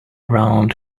round